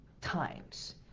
times